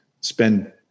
spend